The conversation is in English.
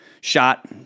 Shot